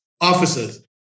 officers